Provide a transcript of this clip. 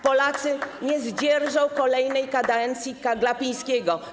Polacy nie zdzierżą kolejnej kadencji Glapińskiego.